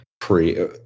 pre